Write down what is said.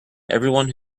everyone